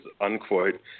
unquote